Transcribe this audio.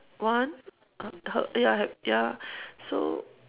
one her her ya ya so